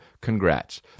congrats